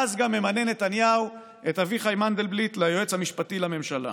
אז גם ממנה נתניהו את אביחי מנדלבליט ליועץ המשפטי לממשלה.